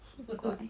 奇怪